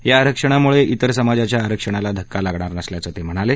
या आरक्षणामुळे इतर समाजाच्या आरक्षणाला धक्का लागणार नसल्याचं सांगितलं